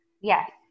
Yes